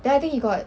then I think he got